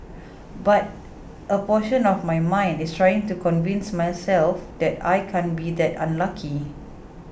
but a portion of my mind is trying to convince myself that I can't be that unlucky